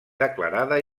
declarada